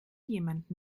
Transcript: jemand